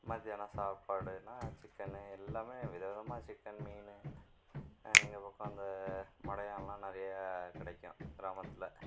மத்தியானம் சாப்பாடுனா சிக்கன் எல்லாமே வித விதமாக சிக்கன் மீன் எங்கள் பக்கம் அந்த மடையான்லாம் நிறையா கிடைக்கும் கிராமத்தில்